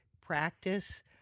practice